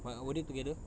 but were they together